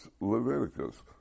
Leviticus